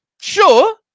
Sure